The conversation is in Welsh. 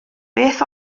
beth